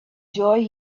joy